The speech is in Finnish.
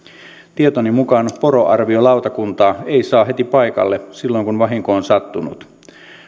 tietoni mukaan poroarviolautakuntaa ei saa heti paikalle silloin kun vahinko on sattunut